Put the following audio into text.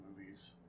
movies